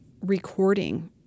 recording